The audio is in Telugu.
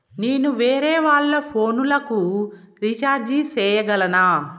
నేను వేరేవాళ్ల ఫోను లకు రీచార్జి సేయగలనా?